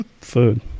food